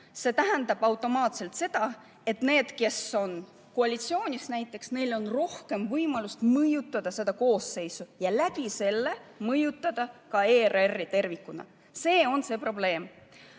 See tähendab automaatselt seda, et neil, kes on näiteks koalitsioonist, on rohkem võimalust mõjutada seda koosseisu ja sellega mõjutada ka ERR‑i tervikuna. See on see probleem.